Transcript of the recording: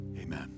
amen